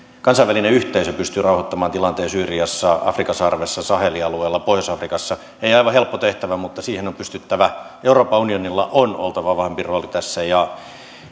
kansainvälinen yhteisö pystyy rauhoittamaan tilanteen syyriassa afrikan sarvessa sahelin alueella pohjois afrikassa ei aivan helppo tehtävä mutta siihen on pystyttävä euroopan unionilla on oltava vahvempi rooli tässä ja